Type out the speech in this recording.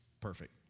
perfect